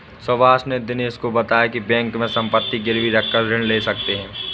सुभाष ने दिनेश को बताया की बैंक में संपत्ति गिरवी रखकर ऋण ले सकते हैं